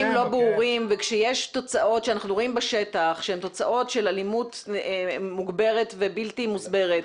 לא ברורים וכשאנחנו רואים בשטח תוצאות של אלימות מוגברת ובלתי מוסברת.